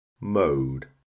Mode